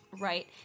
right